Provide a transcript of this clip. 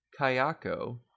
Kayako